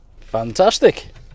Fantastic